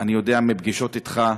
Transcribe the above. אני יודע מפגישות אתך,